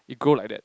it go like that